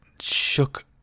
shook